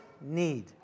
need